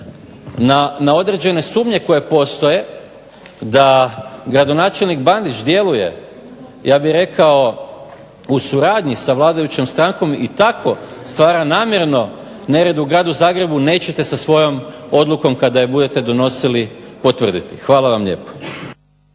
na određene sumnje koje postoje da gradonačelnik BAndić djeluje u suradnji sa vladajućom strankom i tako stvara namjerno nered u gradu Zagrebu nećete sa svojom odlukom kada je budete donosili potvrditi. Hvala vam lijepo.